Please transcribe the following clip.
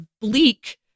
bleak